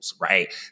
Right